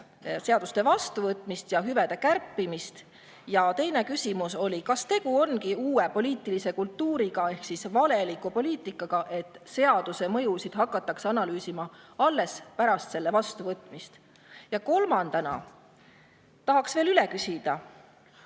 seaduste vastuvõtmist ja hüvede kärpimist [analüüsitakse]. Ja teine küsimus oli, kas tegu ongi uue poliitilise kultuuriga ehk valeliku poliitikaga, et seaduse mõju hakatakse analüüsima alles pärast selle vastuvõtmist. Ja kolmandana tahaks veel üle küsida,